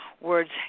words